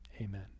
amen